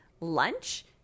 lunch